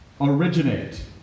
originate